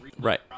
Right